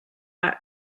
are